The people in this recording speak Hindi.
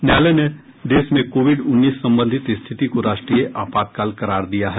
न्यायालय ने देश में कोविड उन्नीस संबंधित स्थिति को राष्ट्रीय आपातकाल करार दिया है